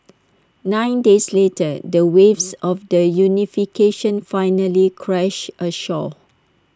nine days later the waves of the unification finally crashed ashore